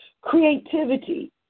Creativity